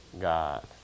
God